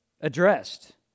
addressed